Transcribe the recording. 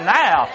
now